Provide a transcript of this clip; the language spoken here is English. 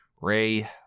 Ray